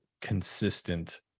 consistent